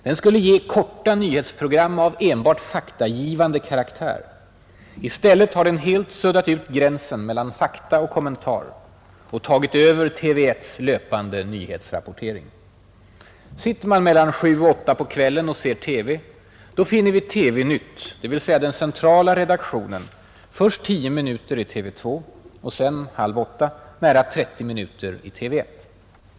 Den skulle ge ”korta nyhetsprogram av enbart faktagivande karaktär” — i stället har den helt suddat ut gränsen mellan fakta och kommentarer och tagit över TV 1:s löpande nyhetsrapportering. Sitter vi mellan 7 och 8 på kvällen och ser TV finner vi TV-Nytt, dvs. den centrala redaktionen, först 10 minuter i TV 2 och sedan, halv 8, i nära 30 minuter i TV 1.